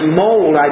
mold